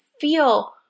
feel